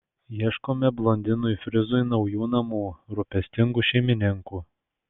ieškome blondinui frizui naujų namų rūpestingų šeimininkų